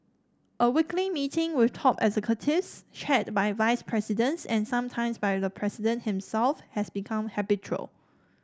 a weekly meeting with top executives chaired by vice presidents and sometimes by the president himself has become habitual